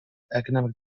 economic